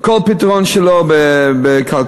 כל פתרון שלו בכלכלה,